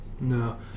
no